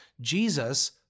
Jesus